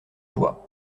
joie